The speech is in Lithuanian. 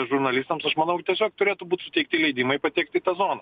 žurnalistams aš manau tiesiog turėtų būt suteikti leidimai patekti į zoną